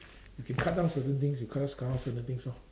you can cut down certain things you just cut out certain things lor